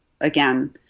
again